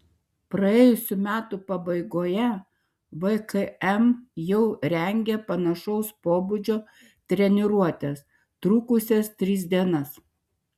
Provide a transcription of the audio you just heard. praėjusių metų pabaigoje vkm jau rengė panašaus pobūdžio treniruotes trukusias tris dienas